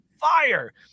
fire